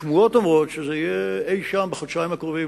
השמועות אומרות שזה יהיה אי-שם בחודשיים הקרובים,